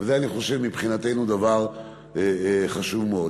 וזה, אני חושב, מבחינתנו, דבר חשוב מאוד.